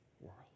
world